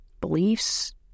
beliefs